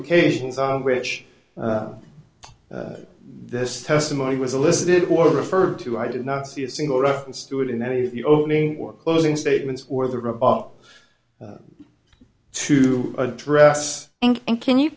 occasions on which this testimony was elicited or referred to i did not see a single reference to it in any of the opening or closing statements or the robot to address and can you